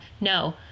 no